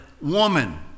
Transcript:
woman